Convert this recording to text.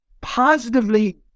positively